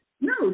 No